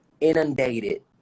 inundated